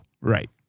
Right